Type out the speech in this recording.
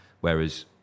whereas